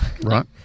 Right